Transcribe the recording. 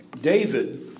David